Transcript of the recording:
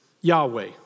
Yahweh